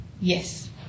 Yes